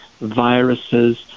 viruses